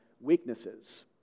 weaknesses